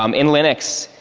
um in linux,